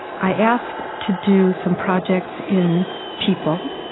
i asked to do some projects in people,